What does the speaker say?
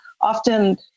often